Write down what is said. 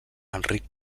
enric